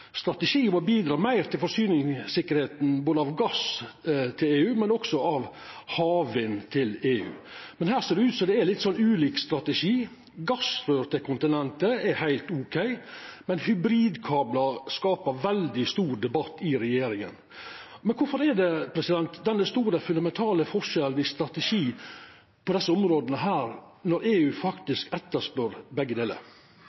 strategi for å bidra meir til forsyningstryggleiken når det gjeld både gass og havvindenergi til EU. Men det ser ut som det er litt ulik strategi. Gassrør til kontinentet er heilt ok, men hybridkablar skaper veldig stor debatt i regjeringa. Men kvifor er det ein slik stor og fundamental forskjell i strategi på desse områda når EU etterspør begge delar?